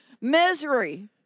misery